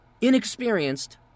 inexperienced